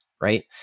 Right